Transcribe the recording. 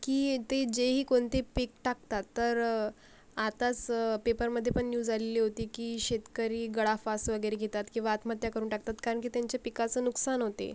की ते जेही कोनते पीक टाकतात तर आताच पेपरमध्ये पण न्यूज आलेली होती की शेतकरी गळफास वगैरे घेतात किंवा आत्महत्या करून टाकतात कारण की त्यांच्या पिकाचं नुकसान होते